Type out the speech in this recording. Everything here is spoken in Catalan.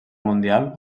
mundial